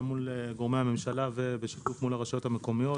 מול גורמי הממשלה ובשיתוף מול הרשויות המקומיות,